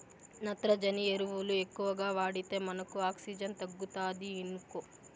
నత్రజని ఎరువులు ఎక్కువగా వాడితే మనకు ఆక్సిజన్ తగ్గుతాది ఇనుకో